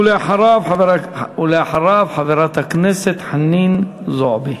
אחריו, חברת הכנסת חנין זועבי.